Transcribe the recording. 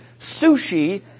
sushi